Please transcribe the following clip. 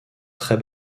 très